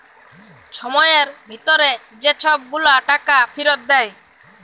ছময়ের ভিতরে যে ছব গুলা টাকা ফিরত দেয়